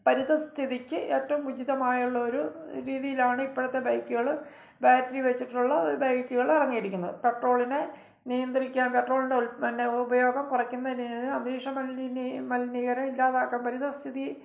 പരിതസ്ഥിതിക്ക് ഏറ്റോം ഉചിതമായുള്ളൊരു രീതിയിലാണ് ഇപ്പോഴത്തെ ബൈക്കുകൾ ബാറ്റ്റി വെച്ചിട്ടുള്ള ഒരു ബൈക്കുകൾ ഇറങ്ങിയിരിക്കുന്നത് പെട്രോളിനെ നിയന്ത്രിക്കാന് പെട്രോളിൻ്റെ പിന്നെ ഉപയോഗം കുറക്കുന്ന രീതി അന്തരീക്ഷ മലിനീകരണം മലിനീകരം ഇല്ലാതാക്കുന്ന പരിതസ്ഥിതി